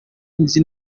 nzi